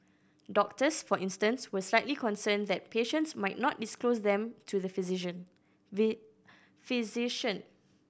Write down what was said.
doctors for instance were slightly concerned that patients might not disclose them to the physician we physician